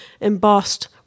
embossed